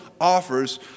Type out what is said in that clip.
offers